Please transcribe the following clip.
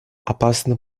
опасный